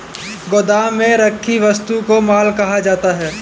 गोदाम में रखी वस्तु को माल कहा जाता है